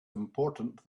important